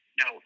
no